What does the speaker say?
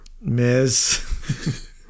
Miss